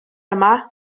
yma